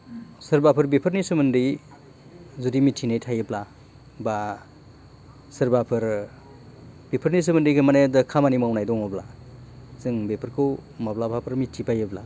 सोरबाफोर बेफोरनि सोमोन्दै जुदि मिथिनाय थायोब्ला बा सोरबाफोर बेफोरनि सोमोन्दै माने खामानि मावनाय दङब्ला जों बेफोरखौ माब्लाबाफोर मिथि बायोब्ला